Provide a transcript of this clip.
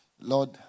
Lord